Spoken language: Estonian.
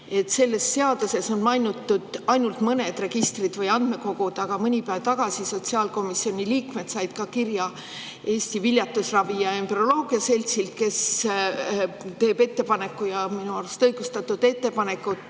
Selles seaduses on mainitud ainult mõned registrid või andmekogud, aga mõni päev tagasi said sotsiaalkomisjoni liikmed kirja Eesti Viljatusravi ja Embrüoloogia Seltsilt, kes teeb ettepaneku, ja minu arust õigustatud ettepaneku,